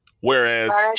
whereas